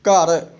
ਘਰ